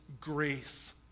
grace